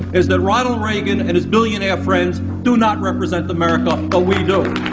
is that ronald reagan and his billionaire friends do not represent america, but we do.